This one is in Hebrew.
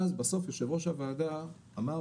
בסוף יושב-ראש הוועדה אמר,